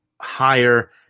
higher